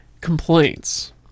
complaints